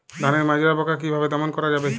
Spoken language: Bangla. ধানের মাজরা পোকা কি ভাবে দমন করা যাবে?